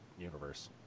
universe